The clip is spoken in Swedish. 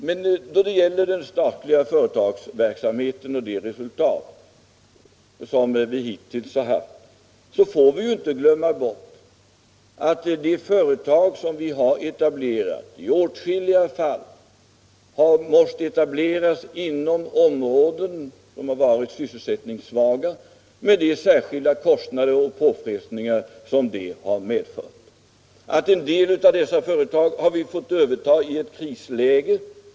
När det gäller de resultat vi hittills uppnått inom den statliga företagsamheten får vi inte glömma bort att åtskilliga av de företag som vi etablerat har måst lokaliseras till områden som varit sysselsättnings av dessa företag har vi övertagit från de andra ägarna när företagen be Torsdagen den funnit sig i ett krisläge.